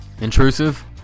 Intrusive